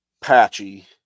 patchy